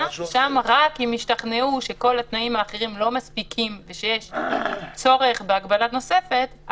שם רק אם השתכנעו שכל התנאים האחרים לא מספיקים ושיש צורך בהגבלה נוספת,